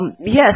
Yes